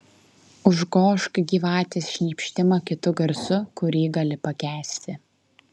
užgožk gyvatės šnypštimą kitu garsu kurį gali pakęsti